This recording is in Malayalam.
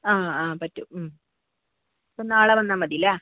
ആ ആ പറ്റും മ് അപ്പോൾ നാളെ വന്നാൽ മതി അല്ലെ